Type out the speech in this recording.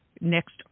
next